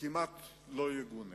כמעט לא יגונה.